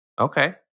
Okay